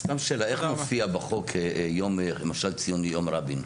סתם שאלה, איך מופיע בחוק למשל ציון יום רבין?